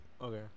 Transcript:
Okay